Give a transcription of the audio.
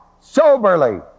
soberly